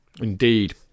Indeed